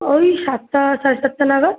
ওই সাতটা সাড়ে সাতটা নাগাদ